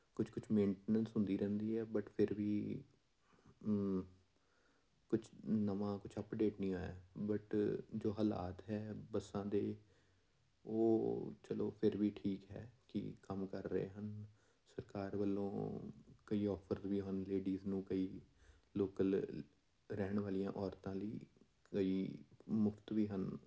ਕੁਛ ਕੁਛ ਮੇਟੀਨੈਂਸ ਹੁੰਦੀ ਰਹਿੰਦੀ ਹੈ ਬਟ ਫਿਰ ਵੀ ਕੁਛ ਨਵਾਂ ਕੁਛ ਅਪਡੇਟ ਨਹੀਂ ਆਇਆ ਬਟ ਜੋ ਹਾਲਾਤ ਹੈ ਬੱਸਾਂ ਦੇ ਉਹ ਚਲੋ ਫਿਰ ਵੀ ਠੀਕ ਹੈ ਕਿ ਕੰਮ ਕਰ ਰਹੇ ਹਨ ਸਰਕਾਰ ਵੱਲੋਂ ਕਈ ਔਫਰ ਵੀ ਹਨ ਲੇਡੀਜ ਨੂੰ ਕਈ ਲੋਕਲ ਰਹਿਣ ਵਾਲੀਆਂ ਔਰਤਾਂ ਲਈ ਕਈ ਮੁਫ਼ਤ ਵੀ ਹਨ